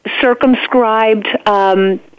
circumscribed